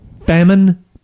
famine